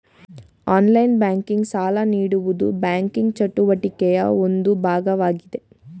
online banking, ಸಾಲ ನೀಡುವುದು banking ಚಟುವಟಿಕೆಯ ಒಂದು ಭಾಗವಾಗಿದೆ